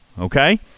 okay